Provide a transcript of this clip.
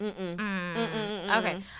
okay